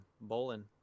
bowling